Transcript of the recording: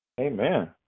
amen